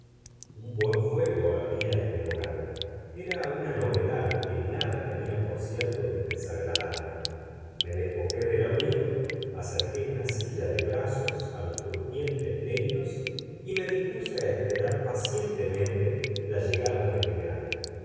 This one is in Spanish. un buen fuego ardía en el hogar era una novedad que nada tenía por cierto de desagradable me despojé del abrigo acerqué una silla de brazos a los crujientes leños y me dispuse a esperar pacientemente la llegada de legrand